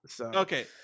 Okay